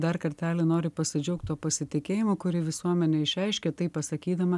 dar kartelį noriu pasidžiaugt tuo pasitikėjimu kurį visuomenė išreiškė tai pasakydama